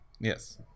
Yes